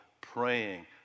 praying